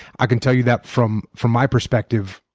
i can tell you that from from my perspective,